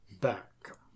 back